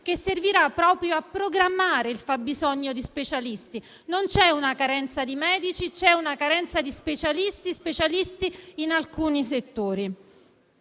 che servirà proprio a programmare il fabbisogno di specialisti. Non c'è una carenza di medici, ma di specialisti in alcuni settori.